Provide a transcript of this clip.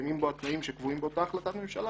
שמתקיימים בה התנאים שקבועים באותה החלטת ממשלה,